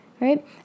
right